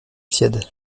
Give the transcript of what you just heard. tiède